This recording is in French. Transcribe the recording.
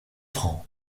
francs